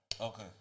Okay